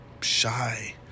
shy